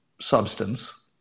substance